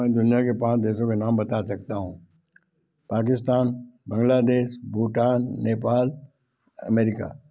दुनिया के पाँच देशों के नाम बता सकता हूँ पाकिस्तान बंग्लादेश भूटान नेपाल अमेरिका